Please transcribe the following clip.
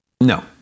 No